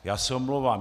Já se omlouvám.